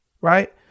right